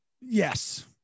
Yes